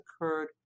occurred